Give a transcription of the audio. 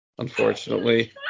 Unfortunately